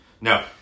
No